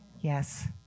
Yes